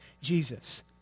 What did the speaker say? Jesus